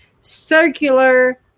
Circular